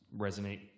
resonate